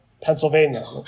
Pennsylvania